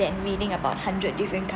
than reading about hundred different